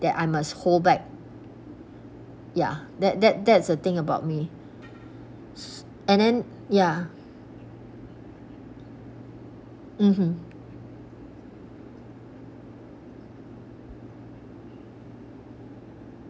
that I must hold back ya that that that is the thing about me and then ya mmhmm